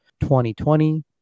2020